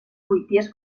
poitiers